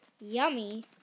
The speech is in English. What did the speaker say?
Yummy